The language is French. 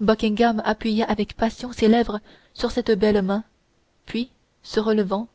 buckingham appuya avec passion ses lèvres sur cette belle main puis se relevant